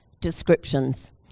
descriptions